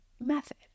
method